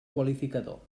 qualificador